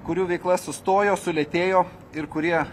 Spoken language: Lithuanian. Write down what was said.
kurių veikla sustojo sulėtėjo ir kurie